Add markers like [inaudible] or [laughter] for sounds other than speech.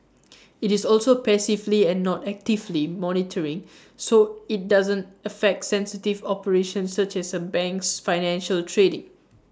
[noise] IT is also passively and not actively monitoring [noise] so IT doesn't affect sensitive operations such as A bank's financial trading